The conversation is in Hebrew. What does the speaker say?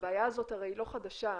הבעיה הזאת הרי היא לא חדשה,